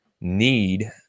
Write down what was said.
need